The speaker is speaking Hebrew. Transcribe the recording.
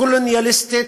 קולוניאליסטית,